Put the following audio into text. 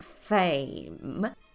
fame